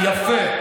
יפה.